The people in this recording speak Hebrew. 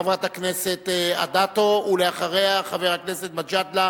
חברת הכנסת אדטו, ואחריה, חבר הכנסת מג'אדלה,